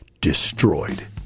destroyed